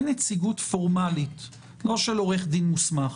אין נציגות פורמלית של עורך דין מוסמך.